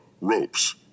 Ropes